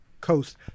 coast